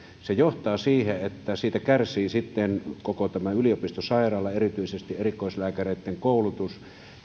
se johtaa siihen että siitä kärsii sitten koko yliopistosairaala erityisesti erikoislääkäreitten koulutus